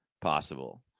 possible